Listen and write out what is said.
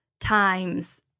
times